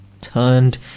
turned